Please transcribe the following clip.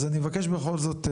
אז אני מבקש בכל זאת,